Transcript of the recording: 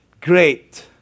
great